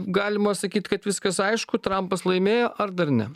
galima sakyt kad viskas aišku trampas laimėjo ar dar ne